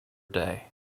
day